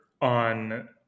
on